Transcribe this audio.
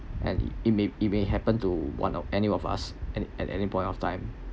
and it may it may happen to one of any of us and at any point of time